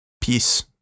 Peace